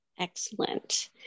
Excellent